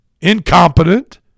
incompetent